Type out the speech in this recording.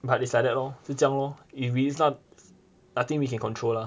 but it's like that lor 就这样 lor if we nothing we can control lah